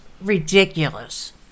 ridiculous